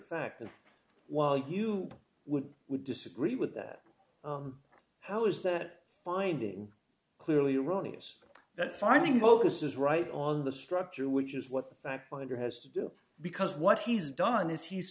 fact and while you would would disagree with that how is that finding clearly erroneous that finding focus is right on the structure which is what the fact finder has to do because what he's done is he's